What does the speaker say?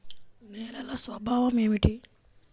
నేలల స్వభావం ఏమిటీ?